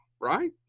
right